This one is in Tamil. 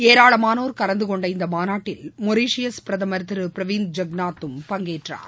ஏராளமானோர் கலந்து கொண்ட இந்த மாநாட்டில் மொரிசீஸ் பிரதமர் திரு பிரவிந்த் ஐக்நாத்தும் பங்கேற்றார்